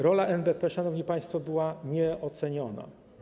Rola NBP, szanowni państwo, była nieoceniona.